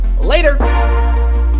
later